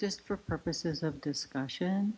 just for purposes of discussion